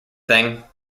thing